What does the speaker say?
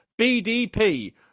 BDP